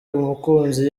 umukunzi